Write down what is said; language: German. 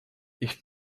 ich